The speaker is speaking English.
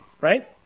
right